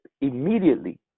immediately